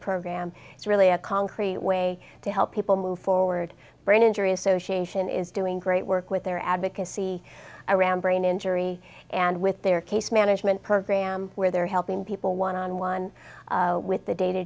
program is really a concrete way to help people move forward brain injury association is doing great work with their advocacy around brain injury and with their case management program where they're helping people one on one with the day to